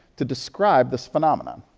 to describe this phenomenon.